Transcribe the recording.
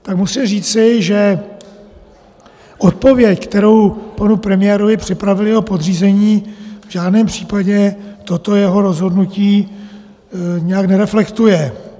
Tak musím říci, že odpověď, kterou panu premiérovi připravili jeho podřízení, v žádném případě toto jeho rozhodnutí nijak nereflektuje.